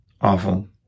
awful